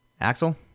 Axel